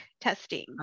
testing